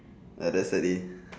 ah that's the day